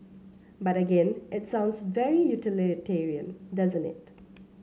but again it sounds very utilitarian doesn't it